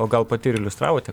o gal pati ir iliustravote